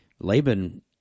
Laban